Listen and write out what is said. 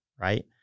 Right